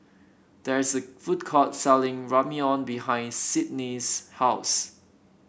there is a food court selling Ramyeon behind Sydnee's house